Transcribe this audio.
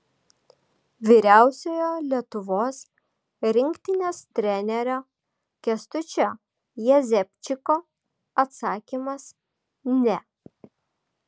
vyriausiojo lietuvos rinktinės trenerio kęstučio jezepčiko atsakymas ne